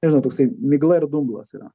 nežinau toksai migla ir dumblas yra